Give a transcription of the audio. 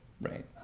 right